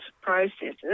processes